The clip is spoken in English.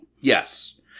Yes